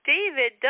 David